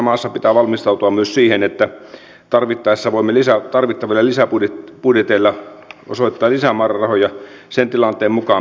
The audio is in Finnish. opposition suunnalta on myös esitetty vääriä syytöksiä siitä että olisin ministerinä ajanut joidenkin puolueeni väitettyjen lähipiirien asiaa